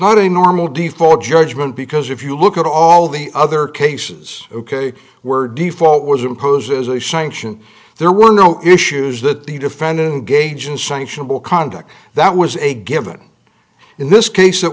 not a normal default judgment because if you look at all the other cases ok we're default was imposed as a sanction there were no issues that the defendant gaijin sanctionable conduct that was a given in this case it